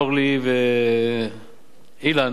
אורלי ואילן,